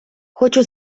хочу